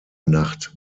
nacht